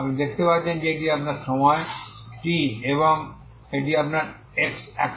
আপনি দেখতে পাচ্ছেন যে এটি আপনার সময় t এবং এটি আপনার x অক্ষ